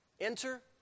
Enter